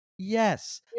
Yes